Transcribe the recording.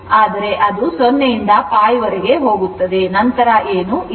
ಆದರೆ ಅದು 0 ರಿಂದ π ವರೆಗೆ ಹೋಗುತ್ತದೆ ನಂತರ ಏನೂ ಇಲ್ಲ